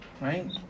right